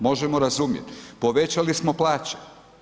Možemo razumjeti, povećali smo plaće.